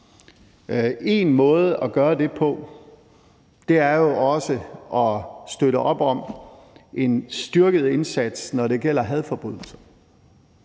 Én måde at gøre det på er jo at støtte op om en styrket indsats, når det gælder hadforbrydelser,